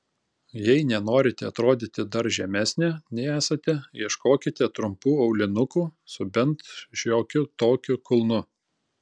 jei nenorite atrodyti dar žemesnė nei esate ieškokite trumpų aulinukų su bent šiokiu tokiu kulnu